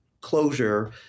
closure